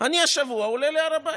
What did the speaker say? אני השבוע עולה להר הבית.